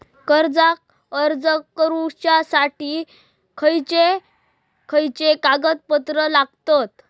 कर्जाक अर्ज करुच्यासाठी खयचे खयचे कागदपत्र लागतत